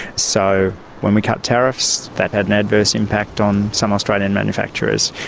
so when we cut tariffs, that had an adverse impact on some australian manufacturers.